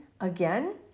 again